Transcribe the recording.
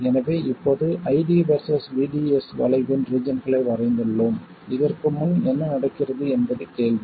எனவே இப்போது ID versus VDS வளைவின் ரீஜன்களை வரைந்துள்ளோம் இதற்கு முன் என்ன நடக்கிறது என்பது கேள்வி